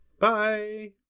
Bye